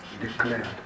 declared